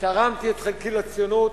תרמתי את חלקי לציונות,